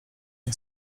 nie